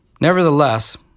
Nevertheless